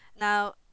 Now